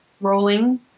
rolling